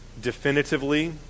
definitively